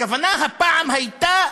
הכוונה הפעם הייתה